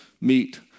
meet